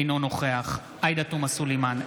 אינו נוכח עאידה תומא סלימאן,